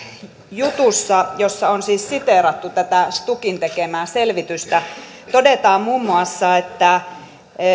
jutussa jossa on siis siteerattu tätä stukin tekemää selvitystä todetaan muun muassa että